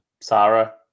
Sarah